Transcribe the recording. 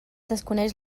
desconeix